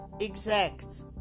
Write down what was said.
exact